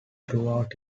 through